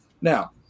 Now